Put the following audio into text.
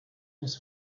was